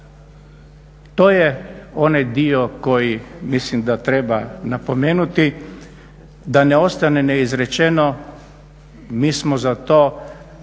To je onaj dio koji mislim da treba napomenuti, da ne ostane neizrečeno. Mi smo za to, putem